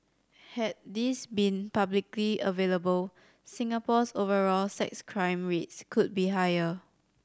had these been publicly available Singapore's overall sex crime rates could be higher